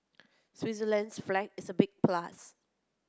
Switzerland's flag is a big plus